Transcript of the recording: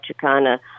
Chicana